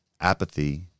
Apathy